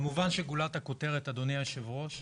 כמובן שגולת הכותרת, אדוני היושב-ראש,